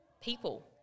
people